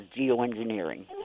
geoengineering